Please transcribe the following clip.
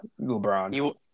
LeBron